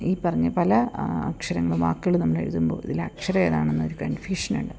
ഈ പറഞ്ഞ പല അക്ഷരങ്ങളും വാക്കുകൾ നമ്മൾ എഴുതുമ്പോൾ ഇതില് അക്ഷരം ഏതാണെന്ന് ഒരു കൺഫ്യൂഷനുണ്ട്